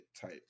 type